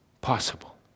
possible